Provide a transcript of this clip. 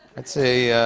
i'd say